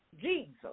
Jesus